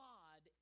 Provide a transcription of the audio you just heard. God